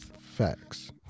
Facts